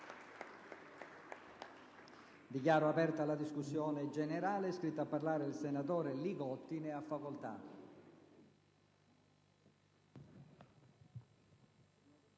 Dichiaro aperta la discussione generale. È iscritto a parlare il senatore Li Gotti. Ne ha facoltà.